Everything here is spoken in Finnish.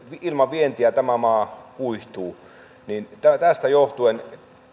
ilman vientiä tämä maa kuihtuu tästä johtuen